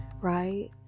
right